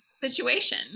situation